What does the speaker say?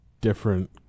different